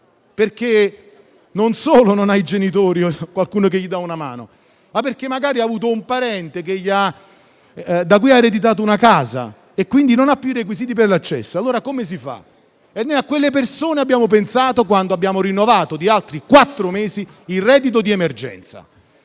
perché non solo non ha i genitori o qualcuno che possa dargli una mano, ma perché magari ha avuto un parente da cui ha ereditato una casa e quindi non ha più i requisiti per l'accesso. Come si fa? A queste persone abbiamo pensato quando abbiamo rinnovato di altri quattro mesi il reddito di emergenza.